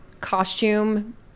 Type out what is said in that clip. costume